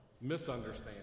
misunderstand